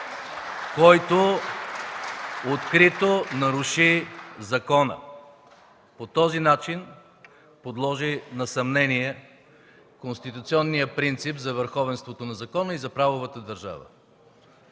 който открито наруши закона! По този начин подложи на съмнение конституционния принцип за върховенството на закона и за правовата държава.